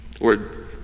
Lord